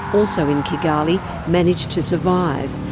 also in kigali, managed to survive,